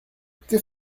que